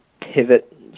Pivot